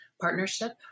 partnership